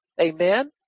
Amen